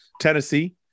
Tennessee